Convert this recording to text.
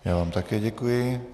Já vám také děkuji.